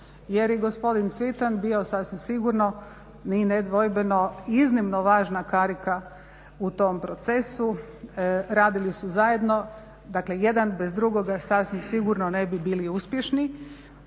Jer i gospodin Cvitan bio sasvim sigurno i nedvojbeno iznimno važna karika u tom procesu, radili su zajedno. Dakle, jedan bez drugoga sasvim sigurno ne bi bili uspješni